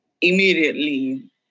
immediately